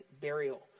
burial